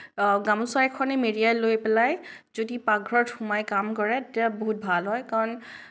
গামোছা এখনেৰে মেৰিয়াই লৈ পেলাই যদি পাকঘৰত সোমাই কাম কৰে তেতিয়া বহুত ভাল হয় কাৰণ